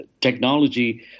technology